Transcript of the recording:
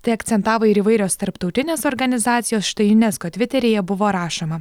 tai akcentavo ir įvairios tarptautinės organizacijos štai junesko tviteryje buvo rašoma